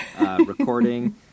recording